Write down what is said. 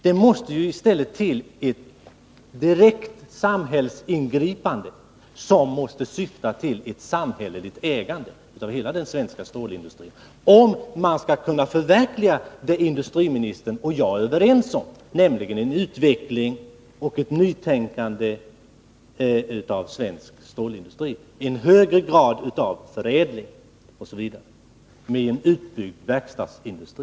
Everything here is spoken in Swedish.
Det måste i stället till ett direkt samhällsingripande, som måste syfta till ett samhälleligt ägande av hela den svenska stålindustrin, om man skall kunna förverkliga det som industriministern och jag är överens om, en utveckling och ett nytänkande inom svensk stålindustri, högre grad av förädling osv. med utbyggd verkstadsindustri.